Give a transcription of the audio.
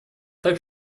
так